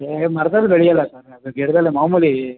ಹೇ ಮರ್ದಲ್ಲಿ ಬೆಳೆಯಲ್ಲ ಸರ್ ಅದು ಗಿಡದಲ್ಲೇ ಮಾಮೂಲಿ